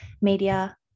media